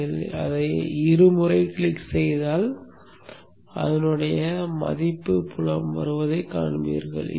நீங்கள் அதை இருமுறை கிளிக் செய்தால் மதிப்பு புலம் வருவதைக் காண்பீர்கள்